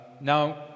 Now